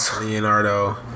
Leonardo